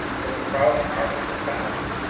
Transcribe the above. but the prowling martian had found it!